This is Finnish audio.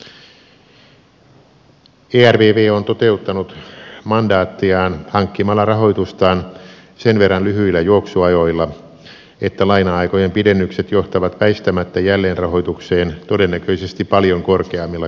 ervv on toteuttanut mandaattiaan hankkimalla rahoitustaan sen verran lyhyillä juoksuajoilla että laina aikojen pidennykset johtavat väistämättä jälleenrahoitukseen todennäköisesti paljon korkeammilla koroilla